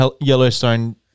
Yellowstone